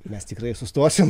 mes tikrai sustosim